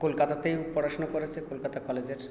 কলকাতাতেই পড়াশোনা করেছে কলকাতার কলেজের